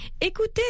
Écoutez